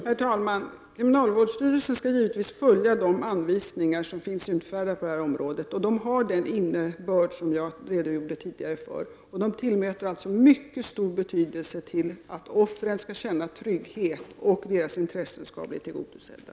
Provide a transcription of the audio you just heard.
Herr talman! Kriminalvårdsstyrelsen skall givetvis följa de utfärdade anvisningarna. Dessa anvisningar har den innebörd som jag tidigare redogjorde för. Kriminalvårdsstyrelsen fäster stor vikt vid att offren skall känna trygghet och att deras intressen skall bli tillgodosedda.